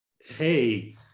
Hey